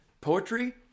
poetry